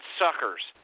suckers